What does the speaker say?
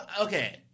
Okay